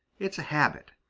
it's a habit.